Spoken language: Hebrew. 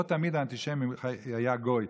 לא תמיד האנטישמי היה גוי,